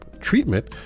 treatment